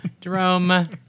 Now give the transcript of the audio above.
Jerome